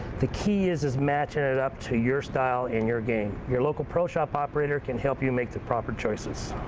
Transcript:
the key is is matching it it up to your style and your game. your local pro shop operator can help you make the proper choices.